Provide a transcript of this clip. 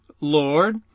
Lord